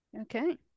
Okay